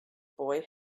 boy